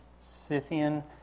Scythian